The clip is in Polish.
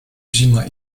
zima